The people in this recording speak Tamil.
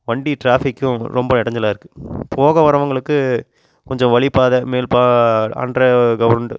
வண்டி டிராஃபிக்கும் ரொம்ப இடஞ்சலா இருக்குது போக வரவங்களுக்கு கொஞ்சம் வழிபாதை மேல் பா அண்ட்ர கிரௌண்டு